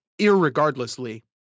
Irregardlessly